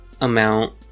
amount